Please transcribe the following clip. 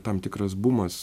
tam tikras bumas